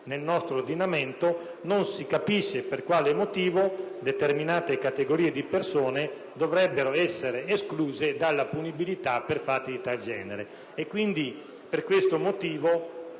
nel nostro ordinamento, non si capisce per quale motivo determinate categorie di persone dovrebbero essere escluse dalla punibilità per fatti di tal genere.